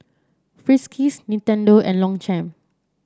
Friskies Nintendo and Longchamp